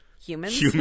Humans